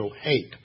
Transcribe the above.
hate